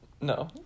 No